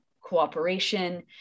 cooperation